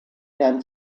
can